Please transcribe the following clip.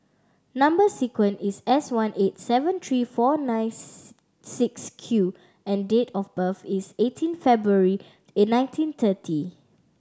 number sequence is S one eight seven three four ninth six Q and date of birth is eighteen February a nineteen thirty